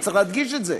וצריך להדגיש את זה,